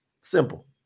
Simple